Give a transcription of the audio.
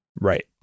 Right